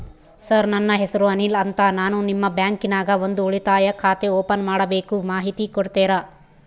Sir ನನ್ನ ಹೆಸರು ಅನಿಲ್ ಅಂತ ನಾನು ನಿಮ್ಮ ಬ್ಯಾಂಕಿನ್ಯಾಗ ಒಂದು ಉಳಿತಾಯ ಖಾತೆ ಓಪನ್ ಮಾಡಬೇಕು ಮಾಹಿತಿ ಕೊಡ್ತೇರಾ?